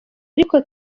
ariko